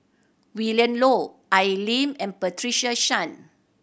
Willin Low Al Lim and Patricia Chan